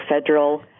federal